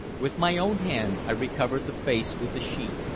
with my own hand i re-covered the face with the sheet,